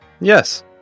Yes